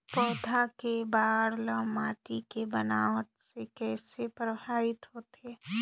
पौधा के बाढ़ ल माटी के बनावट से किसे प्रभावित होथे?